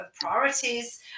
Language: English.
priorities